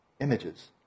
images